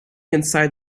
inside